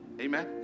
Amen